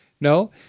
No